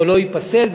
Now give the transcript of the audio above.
קולו ייפסל,